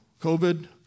COVID